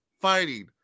fighting